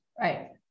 Right